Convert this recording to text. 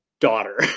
daughter